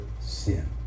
sin